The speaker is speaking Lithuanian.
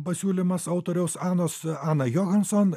pasiūlymas autoriaus anos ana johanson